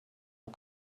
not